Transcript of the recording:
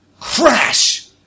crash